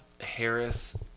Harris